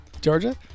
Georgia